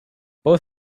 both